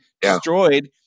destroyed